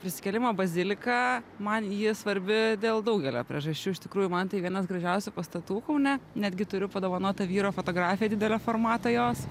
prisikėlimo bazilika man ji svarbi dėl daugelio priežasčių iš tikrųjų man tai vienas gražiausių pastatų kaune netgi turiu padovanotą vyro fotografiją didelio formato jos